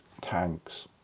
tanks